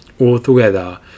Altogether